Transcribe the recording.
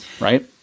right